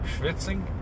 Schwitzing